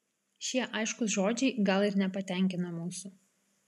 šie aiškūs žodžiai gal ir nepatenkina mūsų